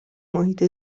محیط